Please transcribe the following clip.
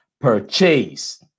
purchase